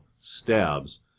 stabs